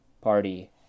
party